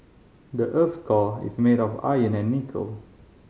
the earth's core is made of iron and nickel